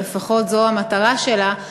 זו לפחות המטרה שלה,